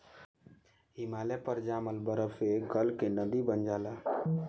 हिमालय पर जामल बरफवे गल के नदी बन जाला